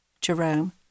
Jerome